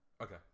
Okay